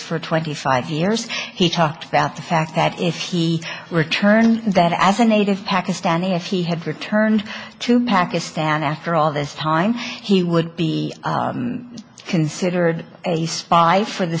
for twenty five years he talked about the fact that if he returned that as a native pakistani if he had returned to pakistan after all this time he would be considered a spy for the